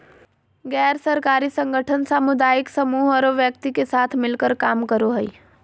गैर सरकारी संगठन सामुदायिक समूह औरो व्यक्ति के साथ मिलकर काम करो हइ